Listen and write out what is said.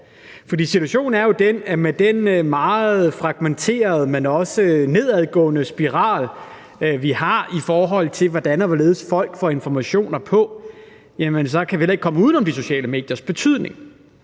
Situationen er jo den, at med den meget fragmenterede, men også nedadgående spiral, vi har, i forhold til hvordan og hvorledes folk får informationer, kan vi ikke komme uden om de sociale mediers betydning.